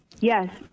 Yes